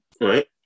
Right